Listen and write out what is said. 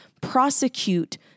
prosecute